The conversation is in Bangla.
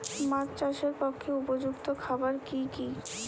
মাছ চাষের পক্ষে উপযুক্ত খাবার কি কি?